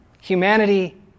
Humanity